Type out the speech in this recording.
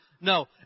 No